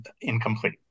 incomplete